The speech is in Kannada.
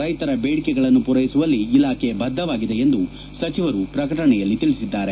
ರೈತರ ದೇಡಿಕೆಗಳನ್ನು ಪೂರೈಸುವಲ್ಲಿ ಇಲಾಖೆ ಬದ್ದವಾಗಿದೆ ಎಂದು ಸಚಿವರು ಪ್ರಕಟಣೆಯಲ್ಲಿ ತಿಳಿಸಿದ್ದಾರೆ